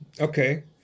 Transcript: Okay